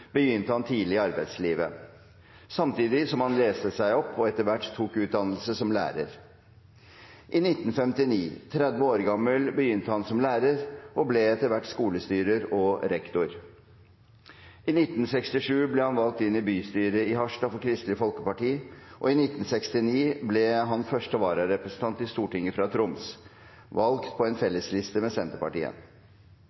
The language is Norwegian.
begynte han tidlig i arbeidslivet, samtidig som han leste seg opp og etter hvert tok utdannelse som lærer. I 1959, 30 år gammel, begynte han som lærer og ble etter hvert skolestyrer og rektor. I 1967 ble han valgt inn i bystyret i Harstad for Kristelig Folkeparti, og i 1969 ble han første vararepresentant til Stortinget fra Troms – valgt på en